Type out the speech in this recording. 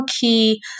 key